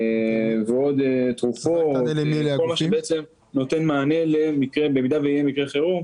ועוד תרופות וכל מה שבעצם נותן מענה למקרה שבמידה ויהיה מקרה חירום,